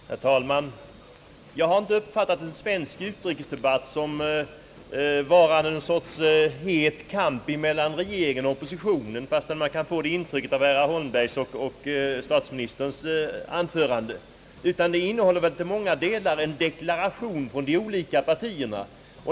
Herr talman! Jag har inte uppfattat det så, att en svensk utrikesdebatt skulle vara en sorts het kamp mellan regeringen och oppositionen — fastän man kan få det intrycket av herr Holmbergs och statsministerns anföranden — utan den skall innehålla deklarationer i många avseenden från de olika partierna.